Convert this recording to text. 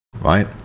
right